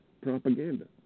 Propaganda